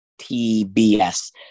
TBS